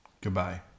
Goodbye